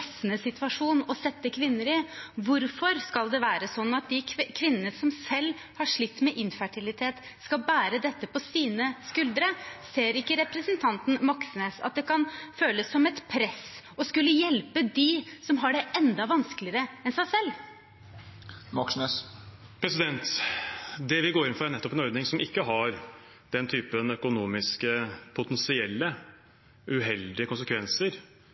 situasjon å sette kvinner i. Hvorfor skal det være sånn at de kvinnene som selv har slitt med infertilitet, skal bære dette på sine skuldre? Ser ikke representanten Moxnes at det kan føles som et press om å skulle hjelpe dem som har det enda vanskeligere enn en selv? Det vi går inn for, er nettopp en ordning som ikke har den typen økonomiske, potensielt uheldige konsekvenser